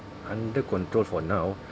under control for now